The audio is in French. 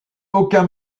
aucun